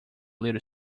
little